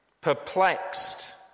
Perplexed